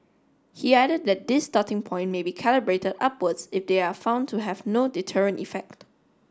he added that this starting point may be calibrated upwards if they are found to have no deterrent effect